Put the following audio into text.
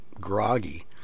groggy